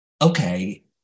okay